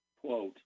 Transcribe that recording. quote